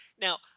Now